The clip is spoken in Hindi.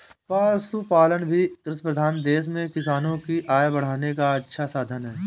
पशुपालन भी कृषिप्रधान देश में किसानों की आय बढ़ाने का अच्छा साधन है